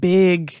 big